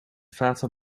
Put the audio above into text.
fata